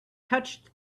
touched